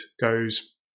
goes